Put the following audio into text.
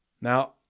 Now